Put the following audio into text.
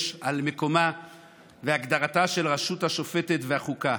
על מקומה והגדרתה של הרשות השופטת והחוקה.